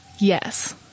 Yes